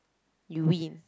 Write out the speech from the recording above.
you win